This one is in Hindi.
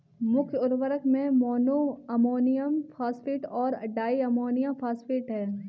मुख्य उर्वरक में मोनो अमोनियम फॉस्फेट और डाई अमोनियम फॉस्फेट हैं